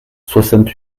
soixante